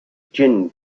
gin